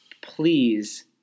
please